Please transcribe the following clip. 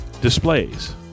displays